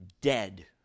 dead